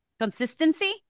consistency